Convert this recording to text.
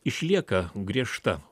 išlieka griežta